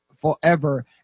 forever